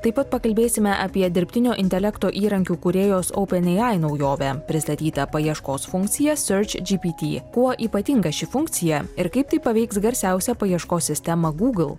taip pat pakalbėsime apie dirbtinio intelekto įrankių kūrėjos openai naujovę pristatyta paieškos funkcija searchgpt kuo ypatinga ši funkcija ir kaip tai paveiks garsiausią paieškos sistemą google